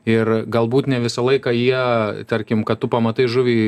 ir galbūt ne visą laiką jie tarkim kad tu pamatai žuvį